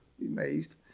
amazed